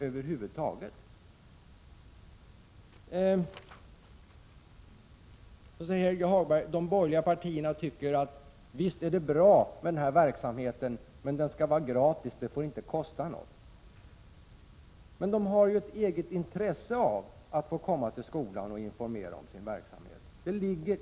Sedan säger Helge Hagberg att de borgerliga partierna tycker att det visst är bra med den här verksamheten, men att den inte får kosta något. Men det ligger ju i organisationernas eget intresse att få komma till skolan och informera om sina verksamheter.